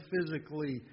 physically